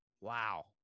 Wow